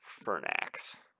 Fernax